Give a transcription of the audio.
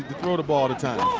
throw the ball.